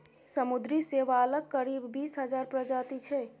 समुद्री शैवालक करीब बीस हजार प्रजाति छै